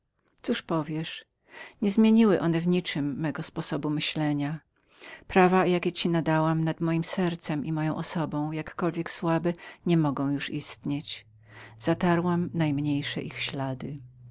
cóż powiesz nie zmieniły one w niczem mego sposobu myślenia prawa jakie ci nadałam nad mojem sercem i moją osobą jakkolwiek słabe nie mogą już istnieć zatarłam najmniejsze ich ślady